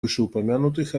вышеупомянутых